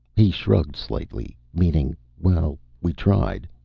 he shrugged slightly, meaning, well, we tried.